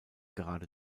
gerade